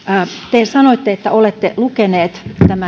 te sanoitte että olette lukenut